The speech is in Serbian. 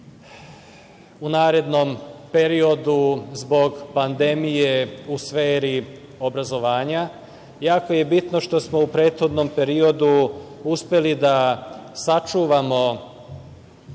u narednom periodu zbog pandemije u sferi obrazovanja. Jako je bitno što smo u prethodnom periodu uspeli da sačuvamo